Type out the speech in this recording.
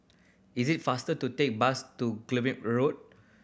is it faster to take bus to Guillemard Road